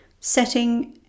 setting